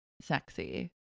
Sexy